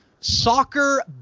soccer